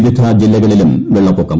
വിവിധ ജില്ലകളിലും വെള്ളപ്പൊക്കം